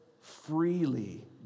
freely